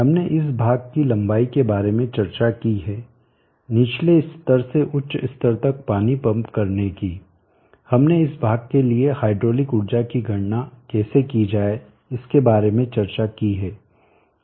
हमने इस भाग की लंबाई के बारे में चर्चा की है निचले स्तर से उच्च स्तर तक पानी पंप करने की हमने इस भाग के लिए हाइड्रोलिक ऊर्जा की गणना कैसे की जाए इसके बारे में चर्चा की है